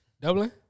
Dublin